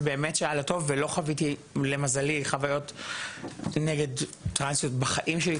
זה באמת שהיה לטוב ולא חוויתי למזלי חוויות נגד טרנסיות בחיים שלי.